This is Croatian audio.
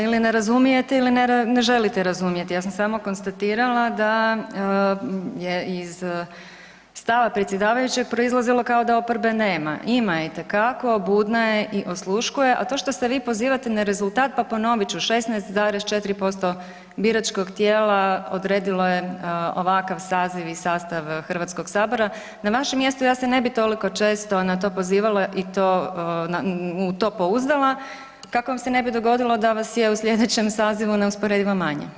Ili ne razumijete ili ne želite razumjeti, ja sam samo konstatirala da je iz stava predsjedavajućeg proizlazilo kao da oporbe nema, ima je, itekako, budna je i osluškuje, a to što se vi pozivate na rezultat, pa ponovit ću, 16,4% biračkog tijela odredilo je ovakav saziv i sastav HS-a, na vašem mjestu ja se ne bi toliko često na to pozivala i to pouzdala, kako vam se ne bi dogodilo da vas je u sljedećem sazivu neusporedivo manje.